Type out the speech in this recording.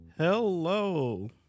Hello